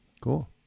Cool